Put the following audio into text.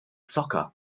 soccer